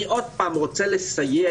אני עוד פעם רוצה לסיים,